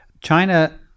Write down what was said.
China